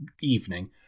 evening